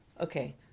Okay